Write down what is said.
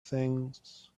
things